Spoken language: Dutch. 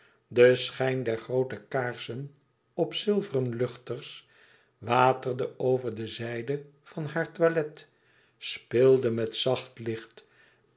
de schijn der groote kaarsen op zilveren luchters waterde over de zijde van haar toilet speelde met zacht licht